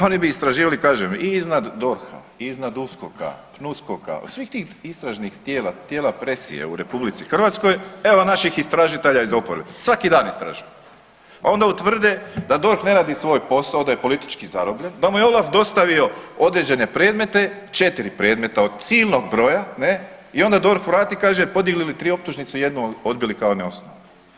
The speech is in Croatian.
Oni bi istraživali kažem i iznad DORH-a iznad USKOK-a, PNUSKOK-a svih tih istražnih tijela, tijela presije u RH, evo naših istražitelja iz oporbe, svaki dan istražuju, pa onda utvrde da DORH ne radi svoj posao, da je politički zarobljen, da mu je OLAF dostavio određene predmete, četiri predmeta od silnog broja ne, i onda DORH vrati kaže podigli tri optužnicu, jednu odbili kao neosnovanu.